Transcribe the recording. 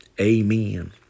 amen